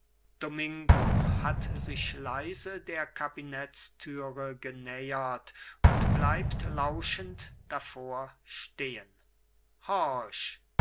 domingo hat sich leise der kabinettstüre genähert und bleibt lauschend davor stehen